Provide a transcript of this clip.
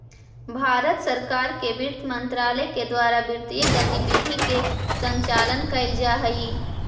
भारत सरकार के वित्त मंत्रालय के द्वारा वित्तीय गतिविधि के संचालन कैल जा हइ